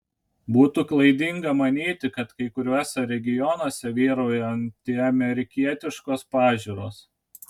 būtų klaidinga manyti kad kai kuriuose regionuose vyrauja antiamerikietiškos pažiūros